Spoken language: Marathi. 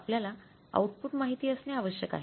आपल्याला आऊटपुट माहीत असणे आवश्यक आहे